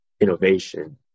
innovation